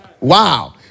Wow